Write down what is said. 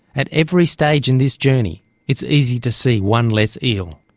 at every stage in this journey it's easy to see one less eel.